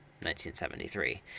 1973